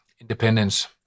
independence